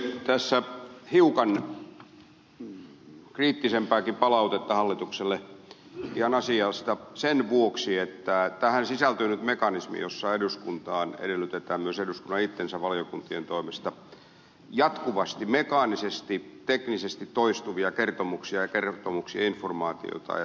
tässä hiukan kriittisempääkin palautetta hallitukselle ihan asiasta sen vuoksi että tähän sisältyy nyt mekanismi jossa eduskuntaan edellytetään myös eduskunnan itsensä valiokuntien toimesta jatkuvasti mekaanisesti teknisesti toistuvia kertomuksia informaatiota ja tiedonkulkua